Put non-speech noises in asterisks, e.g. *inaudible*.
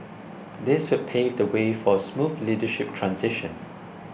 *noise* this would pave the way for a smooth leadership transition